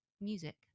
music